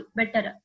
better